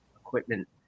equipment